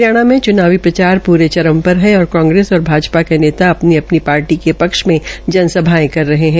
हरियाणा में च्नावी प्रचार पूरे चरम पर है और कांग्रेस और भाजपा के नेता अपनी अपनी पार्टी के पक्ष में जनसभायें कर रहे है